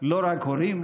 לא רק הורים,